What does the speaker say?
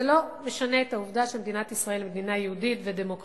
זה לא משנה את העובדה שמדינת ישראל היא מדינה יהודית ודמוקרטית,